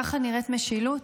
ככה נראית משילות?